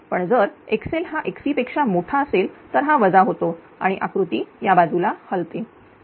पण जर xl हा xc पेक्षा मोठा असेल तर हा वजा होतो आणि आकृती या बाजूला हलते